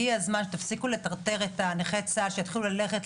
הגיע הזמן שתפסיקו לטרטר את נכי צה"ל שילכו